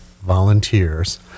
volunteers